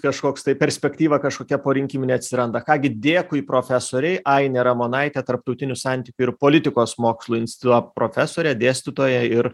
kažkoks tai perspektyva kažkokia porinkiminė atsiranda ką gi dėkui profesorei ainė ramonaitė tarptautinių santykių ir politikos mokslų instituto profesorė dėstytoja ir